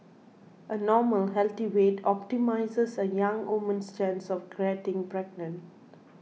a normal healthy weight optimises a young woman's chance of getting pregnant